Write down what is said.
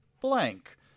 blank